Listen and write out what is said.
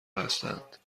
هستند